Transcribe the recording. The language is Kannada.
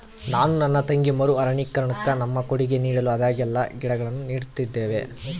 ನಾನು ನನ್ನ ತಂಗಿ ಮರು ಅರಣ್ಯೀಕರಣುಕ್ಕ ನಮ್ಮ ಕೊಡುಗೆ ನೀಡಲು ಆದಾಗೆಲ್ಲ ಗಿಡಗಳನ್ನು ನೀಡುತ್ತಿದ್ದೇವೆ